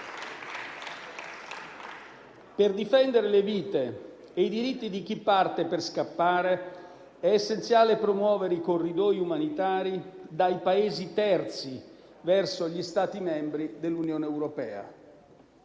Per difendere le vite e i diritti di chi parte per scappare è essenziale promuovere i corridoi umanitari dai Paesi terzi, verso gli Stati membri dell'Unione europea.